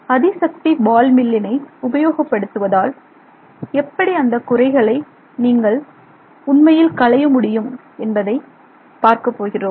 அதிசக்தி ball மில்லினை உபயோகப்படுத்துவதால் எப்படி அந்த குறைகளை நீங்கள் உண்மையில் களைய முடியும் என்பதை பார்க்கப் போகிறோம்